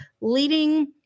leading